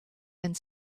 and